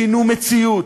שינו מציאות,